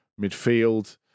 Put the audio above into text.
midfield